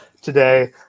today